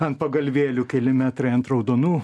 ant pagalvėlių keli metrai ant raudonų